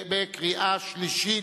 בקריאה שלישית.